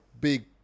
big